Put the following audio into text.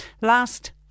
Last